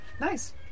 Nice